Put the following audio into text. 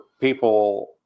people